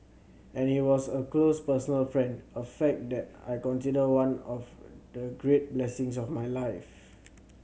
and he was a close personal friend a fact that I consider one of the great blessings of my life